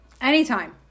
anytime